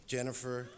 Jennifer